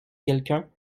quelqu’un